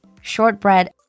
Shortbread